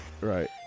Right